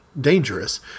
dangerous